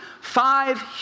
five